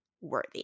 worthy